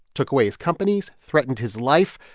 took away his companies, threatened his life,